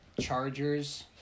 chargers